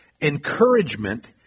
encouragement